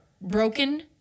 broken